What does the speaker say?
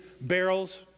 barrels